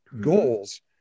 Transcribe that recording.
goals